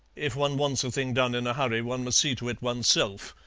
if one wants a thing done in a hurry one must see to it oneself.